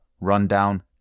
rundown